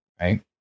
Right